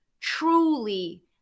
truly